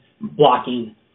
blocking